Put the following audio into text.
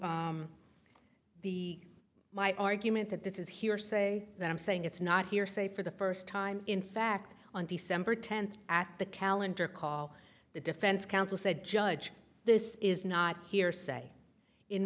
the my argument that this is hearsay that i'm saying it's not hearsay for the first time in fact on december tenth at the calendar call the defense counsel said judge this is not hearsay in